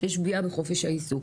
שיש פגיעה בחופש העיסוק.